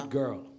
girl